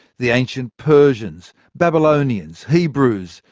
the ancient persians, babylonians, hebrews,